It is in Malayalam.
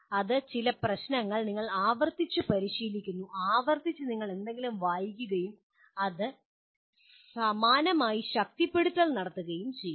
അത് ചില പ്രശ്നങ്ങൾ നിങ്ങൾ ആവർത്തിച്ചു പരിശീലിക്കുന്നു ആവർത്തിച്ച് നിങ്ങൾ എന്തെങ്കിലും വായിക്കുകയും അത് സമാനമായി "ശക്തിപ്പെടുത്തൽ" നടത്തുകയും ചെയ്യുന്നു